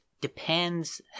depends